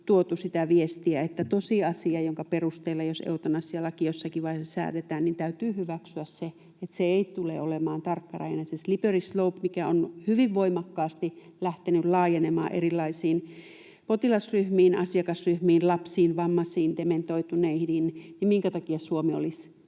tuotu sitä viestiä, että tosiasia, jos eutanasialaki jossakin vaiheessa säädetään, on se, että täytyy hyväksyä se, että se ei tule olemaan tarkkarajainen. Kun on se slippery slope, mikä on hyvin voimakkaasti lähtenyt laajenemaan erilaisiin potilasryhmiin, asiakasryhmiin, lapsiin, vammaisiin, dementoituneihin, niin minkä takia Suomi olisi